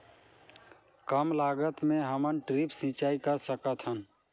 कम लागत मे हमन ड्रिप सिंचाई कर सकत हन?